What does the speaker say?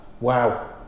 Wow